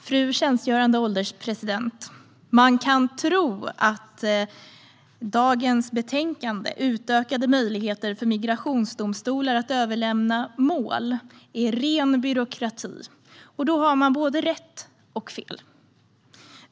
Fru ålderspresident! Man kan tro att dagens betänkande Utökade möjligheter för migrationsdomstolar att överlämna mål är ren byråkrati. Då har man både rätt och fel.